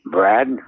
Brad